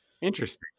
Interesting